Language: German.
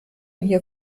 hier